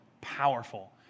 Powerful